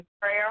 prayer